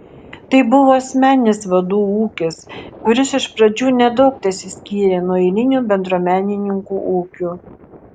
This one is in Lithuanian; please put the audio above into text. tai buvo asmeninis vadų ūkis kuris iš pradžių nedaug tesiskyrė nuo eilinių bendruomenininkų ūkių